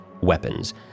weapons